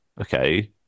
okay